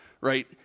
right